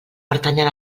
pertanyen